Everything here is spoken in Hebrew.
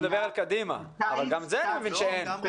הוא מדבר על קדימה, אבל אני מבין שגם את זה אין.